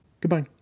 Goodbye